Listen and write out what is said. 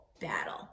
battle